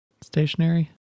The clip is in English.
stationary